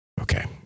Okay